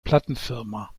plattenfirma